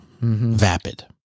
Vapid